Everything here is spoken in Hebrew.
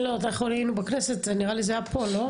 אנחנו היינו בכנסת, נראה לי זה היה פה, לא?